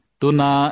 tuna